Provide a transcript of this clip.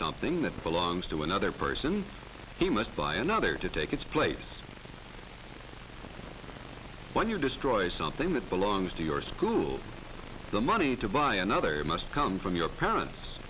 something that belongs to another person he must buy another to take its place when you destroy something that belongs to your school the money to buy another must come from your parents